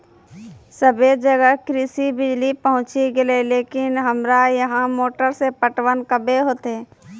सबे जगह कृषि बिज़ली पहुंची गेलै लेकिन हमरा यहाँ मोटर से पटवन कबे होतय?